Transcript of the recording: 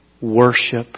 Worship